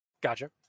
Gotcha